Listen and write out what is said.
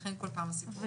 לכן כל פעם זה עולה מחדש.